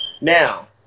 Now